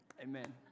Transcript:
Amen